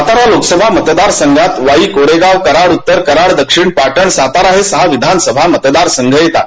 सातारा लोकसभा मतदार संघात वाई कोरेगांव कराड उत्तर कराड दक्षिण पाटण सातारा या सहा विधानसभा मतदार संघ येतात